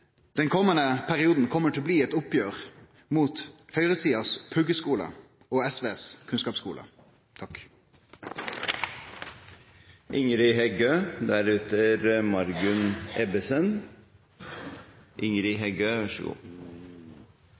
Den komande perioden kjem til å bli eit oppgjer mellom høgresidas puggeskole og SVs kunnskapsskole. Eg hadde eit innlegg i avisene i sommar, med overskrifta «Tenn vardane – Erna er